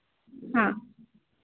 हाँ